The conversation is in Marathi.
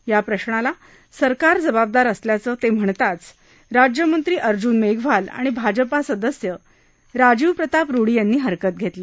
या प्रश्नाला सरकार जबाबदार असल्याचं ते म्हणताच राज्यमंत्री अर्जून मेघवाल आणि भाजपा सदस्य राजीव प्रताप रुडी यांनी हरकत घेतली